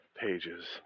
pages